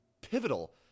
pivotal